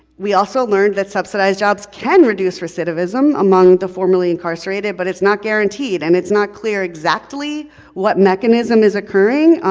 we also learned that subsidized jobs can reduce recidivism among the four million incarcerated, but it's not guaranteed and it's not clear exactly what mechanism is occurring.